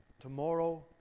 tomorrow